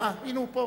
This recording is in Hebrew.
אה, הנה הוא פה.